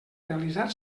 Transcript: realitzar